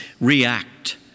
react